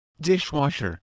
dishwasher